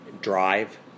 drive